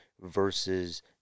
versus